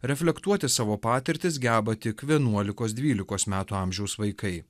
reflektuoti savo patirtis geba tik vienuolikos dvylikos metų amžiaus vaikai